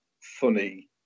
funny